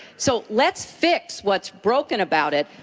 so let's fix what's broken about it,